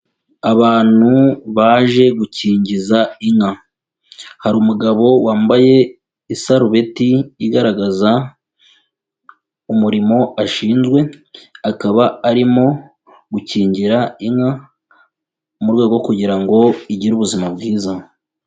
Abantu baje gukingiza inka hari umugabo wambaye isarubeti igaragaza umurimo ashinzwe, akaba arimo gukingira inka mu rwego rwo kugira ngo igire ubuzima bwiza.